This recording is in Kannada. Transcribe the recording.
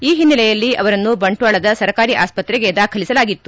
ಈ ಹಿನ್ನೆಲೆಯಲ್ಲಿ ಅವರನ್ನು ಬಂಟ್ವಾಳದ ಸರಕಾರಿ ಆಸ್ತ್ರೆಗೆ ದಾಖಲಿಸಲಾಗಿತ್ತು